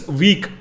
week